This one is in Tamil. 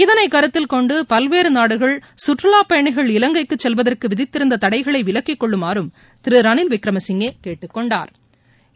இதனை கருத்தில் கொண்டு பல்வேறு நாடுகள் கற்றுலா பயணிகள் இலங்கை செல்வதற்கு விதித்திருந்த தடைகளை விலக்கிக் கொள்ளுமாறும் திரு ரணில் விக்ரமசிங்கே கேட்டுக் கொண்டாா்